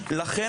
מחו"ל.